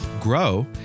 grow